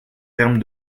termes